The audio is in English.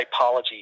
typology